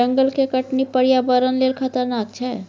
जंगल के कटनी पर्यावरण लेल खतरनाक छै